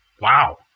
Wow